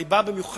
היא באה במיוחד